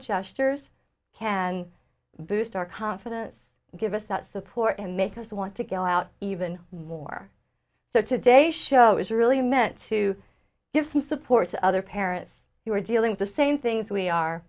gestures can boost our confidence give us that support and make us want to go out even more so today show is really meant to give some supports other parents who are dealing with the same things we are